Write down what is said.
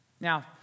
Now